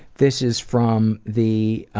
this is from the